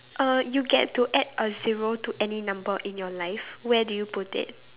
uh you get to add a zero to any number in your life where do you put it